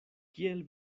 kiel